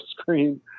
screen